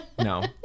No